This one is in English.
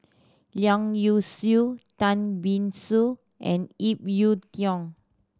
Leong Yee Soo Tan See Boo and Ip Yiu Tung